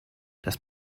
das